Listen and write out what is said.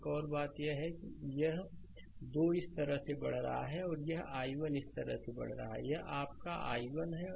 एक और बात यह है कि यह 2 इस तरह से बढ़ रहा है और यह i1 इस तरह से बढ़ रहा है यह आपका i1 है